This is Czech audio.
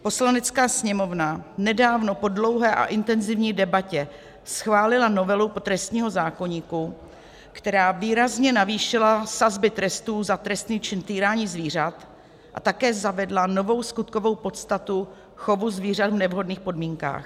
Poslanecká sněmovna nedávno po dlouhé a intenzivní debatě schválila novelu trestního zákoníku, která výrazně navýšila sazby trestů za trestný čin týrání zvířat a také zavedla novou skutkovou podstatu chovu zvířat v nevhodných podmínkách.